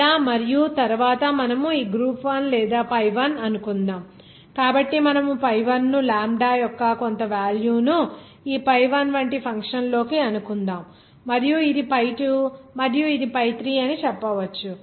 ఇలా మరియు తరువాత మనము ఈ గ్రూప్ 1 లేదా pi 1 అనుకుందాం కాబట్టి మనము pi 1 ను లాంబ్డా యొక్క కొంత వేల్యూ ను ఈ pi 1 వంటి ఫంక్షన్ లోకి అనుకుందాం మరియు ఇది pi 2 మరియు ఇది pi 3 అని చెప్పవచ్చు